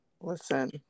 Listen